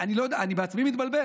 אני לא יודע, אני בעצמי מתבלבל.